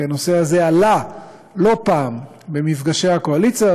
כי הנושא הזה עלה לא פעם במפגשי הקואליציה,